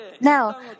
Now